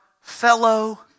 fellow